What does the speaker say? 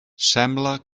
sembla